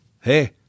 hey